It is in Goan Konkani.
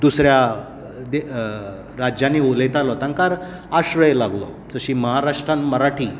दुसऱ्यां राज्यांनी उलयाताले ताकां आश्रय लागलो जशी महाराष्ट्रान मराठी